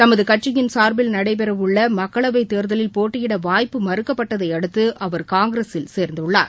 தமகுகட்சியின் சார்பில் நடைபெறஉள்ளமக்களவைதேர்தலில் போட்டியிடவாய்ப்பு மறுக்கபட்டதைஅடுத்துஅவர் காங்கிரஸில் சேர்ந்துள்ளார்